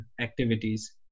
activities